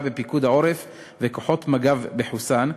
של פיקוד העורף וכוחות מג"ב בחוסאן,